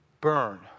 burn